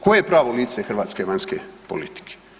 Koje je pravo lice hrvatske vanjske politike?